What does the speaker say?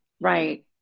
Right